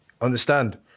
Understand